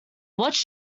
watch